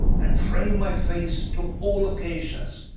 and frame my face to all occasions.